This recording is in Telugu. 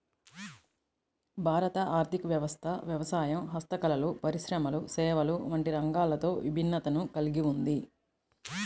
భారత ఆర్ధిక వ్యవస్థ వ్యవసాయం, హస్తకళలు, పరిశ్రమలు, సేవలు వంటి రంగాలతో విభిన్నతను కల్గి ఉంది